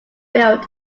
built